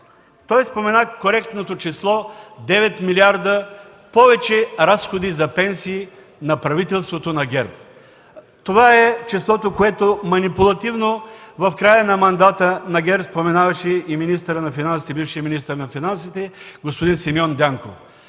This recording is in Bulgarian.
Той спомена коректното число 9 млрд. лв. повече разходи за пенсии на правителството на ГЕРБ. Това е числото, което манипулативно в края на мандата на ГЕРБ споменаваше и бившият министър на финансите господин Симеон Дянков.